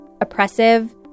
oppressive